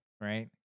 Right